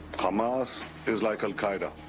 hamas is like al qaeda,